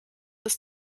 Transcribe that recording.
ist